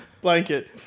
blanket